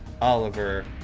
Oliver